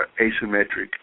asymmetric